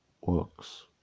works